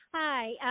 Hi